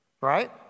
Right